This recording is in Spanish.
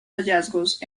hallazgos